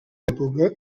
època